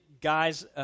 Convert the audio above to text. guys